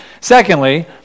Secondly